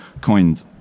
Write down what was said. coined